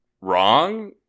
Wrong